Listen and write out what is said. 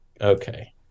Okay